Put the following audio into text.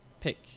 Pick